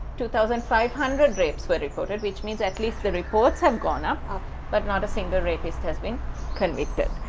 two thousand five hundred rapes were reported which means at least the reports have gone up up but not a single rapist has been convicted.